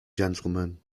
gentleman